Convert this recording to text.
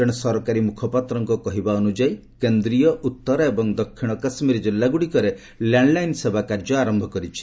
ଜଣେ ସରକାରୀ ମୁଖପାତ୍ରଙ୍କ କହିବା ଅନୁଯାୟୀ କେନ୍ଦ୍ରୀୟ ଉତ୍ତର ଏବଂ ଦକ୍ଷିଣ କାଶ୍ମୀର ଜିଲ୍ଲାଗୁଡ଼ିକରେ ଲ୍ୟାଣ୍ଡ୍ ଲାଇନ୍ ସେବା କାର୍ଯ୍ୟ ଆରମ୍ଭ କରିଛି